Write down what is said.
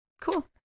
Cool